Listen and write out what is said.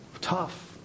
tough